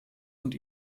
und